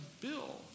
Bill